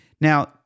now